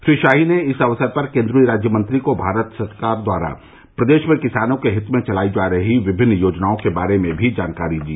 श्री शाही ने इस अवसर पर केन्द्रीय राज्यमंत्री को भारत सरकार द्वारा प्रदेश में किसानों के हित में चलायी जा रही विभिन्न योजनाओं के बारे में भी जानकारी दी